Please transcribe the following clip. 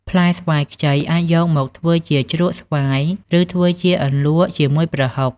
ផ្លែស្វាយខ្ចីអាចយកមកធ្វើជាជ្រក់ស្វាយ ឬធ្វើជាអន្លក់ជាមួយប្រហុក។